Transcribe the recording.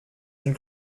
and